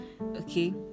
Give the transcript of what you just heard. Okay